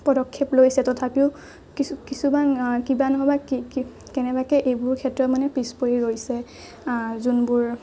পদক্ষেপ লৈছে তথাপিও কিছুমান কিবা নহ'লেও কিবা কেনেবাকে এইবোৰ ক্ষেত্ৰত মানে পিছপৰি ৰৈছে যোনবোৰ